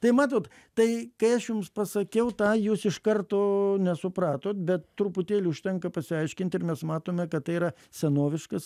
tai matot tai kai aš jums pasakiau tą jūs iš karto nesupratot bet truputėlį užtenka pasiaiškint ir mes matome kad tai yra senoviškas